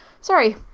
Sorry